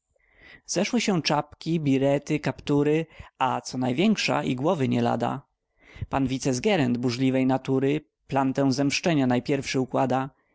zeszły się czapki birety kaptury a co największa i głowy nie lada pan wicesgerent burzliwej natury plantę zemszczenia najpierwszy układa